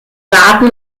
daten